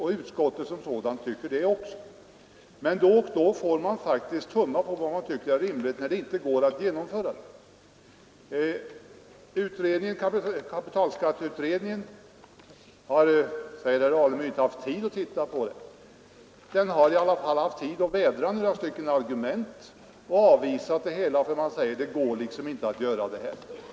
Det tycker också utskottet som sådant. Men man får faktiskt tumma på vad man tycker är rimligt, när det inte går att genomföra en förändring. Kapitalskatteutredningen har, säger herr Alemyr, inte haft tid att ta upp detta. Den har i alla fall haft tid att vädra några argument och avvisa tanken på en sådan beskattning, därför att den inte går att genomföra.